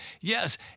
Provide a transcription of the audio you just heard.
Yes